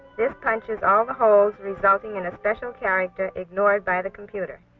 this punches all the holes resulting in a special character ignored by the computer.